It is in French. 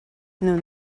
nous